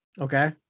Okay